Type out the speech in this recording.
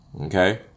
Okay